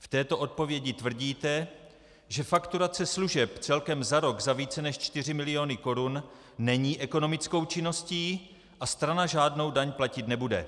V této odpovědi tvrdíte, že fakturace služeb celkem za rok za více než čtyři miliony korun není ekonomickou činností a strana žádnou daň platit nebude.